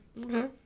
okay